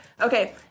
Okay